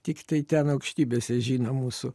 tiktai ten aukštybėse žino mūsų